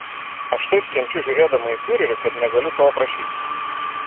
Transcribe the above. aš taip kenčiu žiūrėdama į fiurerį kad negaliu to aprašyti